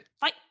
Fight